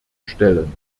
stellen